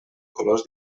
colors